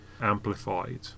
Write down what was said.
Amplified